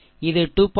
இது 2